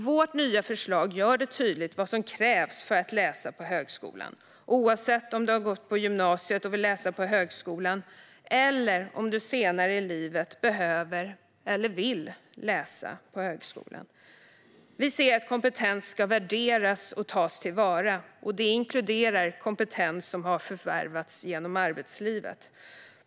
Vårt nya förslag gör det tydligt vad som krävs för att läsa på högskolan, oavsett om du har gått på gymnasiet och vill läsa på högskolan eller om du senare i livet behöver eller vill läsa på högskolan. Vi ser att kompetens ska värderas och tas till vara, och det inkluderar kompetens som har förvärvats genom arbetslivet.